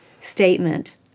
statement